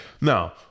Now